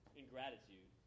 ingratitude